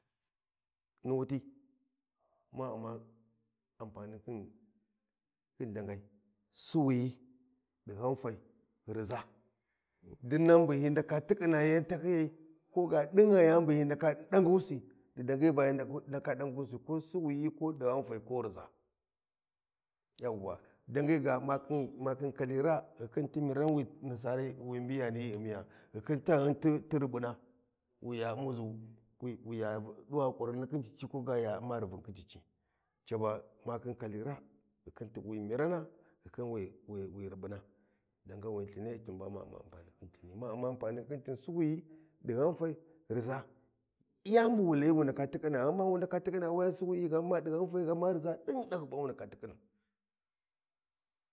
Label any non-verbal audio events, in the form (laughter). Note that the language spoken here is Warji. Ni wuti ma Umma ampanin khin khin dangai, Siwiyi, ɗighafai, riʒa (noise) dinnan bu hyi ndaka tikkhin yau ɗi dangi ba hyi ndaka ɗangusi ko siwiyi ko ɗighafai ko riʒa yawwa dangi ga makhin kali raa ghiu (noise) khin ti miran wi nisan wi mbiyani hyi Ummiya ghu khin taghum ti riɓuna wi ya ummu ʒi wi (hesitation) ya ɗuwa ƙurrin ni khin ci ci ko ga ya umma rivun khin cici ca ba ma khin kali raa ghiu khin wi mira na ghu khin wi wi wi riɓuna dangawini lthin ba ma umma ampani khin lthini ma umma ampanin khin lthin siwiyi ɗighanfai riʒa iya ni bu wu layi wu ndaka tikhina ghamawa wu ndaka tikhina wuyani suwiji ghama ɗi ghanfai, ghama riʒa ɗin ɗahyi ba wu ndaka tiƙhimu.